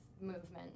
movement